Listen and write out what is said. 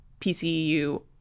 PCU